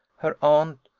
her aunt,